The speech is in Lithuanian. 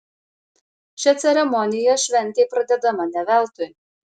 šia ceremonija šventė pradedama ne veltui